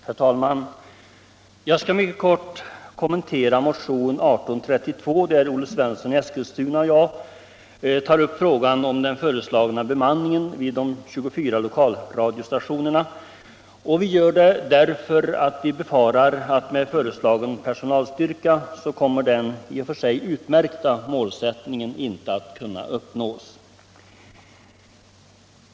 Herr talman! Jag skall mycket kort kommentera motionen 1832 där Olle Svensson i Eskilstuna och jag tar upp frågan om den föreslagna bemanningen vid de 24 lokalradiostationerna. Vi gör det därför att vi befarar att med föreslagen personalstyrka kommer den i och för sig utmärkta målsättningen inte att kunna uppnås.